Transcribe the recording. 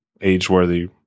age-worthy